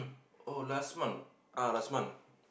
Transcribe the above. oh last month ah last month